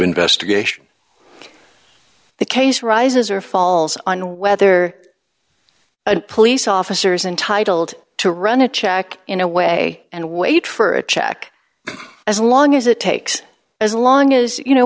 investigation the case rises or falls on whether a police officers intitled to run a check in a way and wait for a check as long as it takes as long as you know